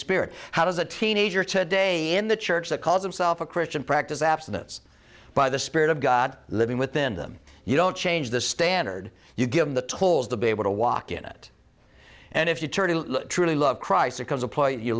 spirit how does a teenager today in the church that calls itself a christian practice abstinence by the spirit of god living within them you don't change the standard you give the tools to be able to walk in it and if you turn to truly love christ it comes a point you